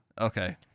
Okay